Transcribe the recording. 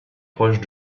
proche